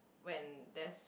when there's